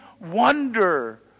wonder